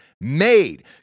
made